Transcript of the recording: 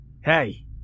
Hey